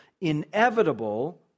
inevitable